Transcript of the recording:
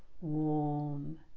warm